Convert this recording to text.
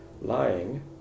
lying